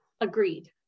agreed